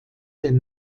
den